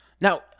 Now